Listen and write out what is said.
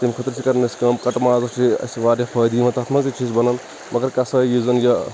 تمہِ خٲطرٕ چھِ اَسہِ کَرٕنۍ کٲم کٹہٕ مازَس چھِ اسہِ واریاہ فٲیِدٕ یِوان تَتھ منٛز تہِ چھِ اَسہِ بَنان مگر قصٲے یُس زَن یہِ